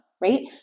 Right